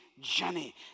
journey